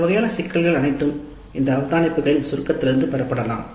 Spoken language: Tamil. இந்த வகையான சிக்கல்கள் அனைத்தும் இந்த சுருக்கத்திலிருந்து பெறப்படலாம்